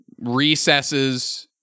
recesses